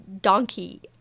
donkey